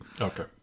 Okay